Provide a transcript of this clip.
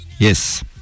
Yes